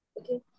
Okay